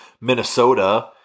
Minnesota